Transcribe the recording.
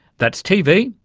that's tv,